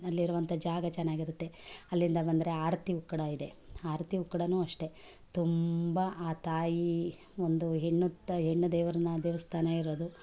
ಅಲ್ಲಿರುವಂಥ ಜಾಗ ಚೆನ್ನಾಗಿರುತ್ತೆ ಅಲ್ಲಿಂದ ಬಂದರೆ ಆರತಿ ಉಕ್ಕಡ ಇದೆ ಆರಡಿ ಉಕ್ಕಡವೂ ಅಷ್ಟೆ ತುಂಬ ಆ ತಾಯಿ ಒಂದು ಹೆಣ್ಣು ತ್ ಹೆಣ್ಣು ದೇವರನ್ನ ದೇವಸ್ಥಾನ ಇರೋದು